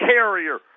Carrier